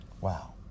Wow